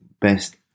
best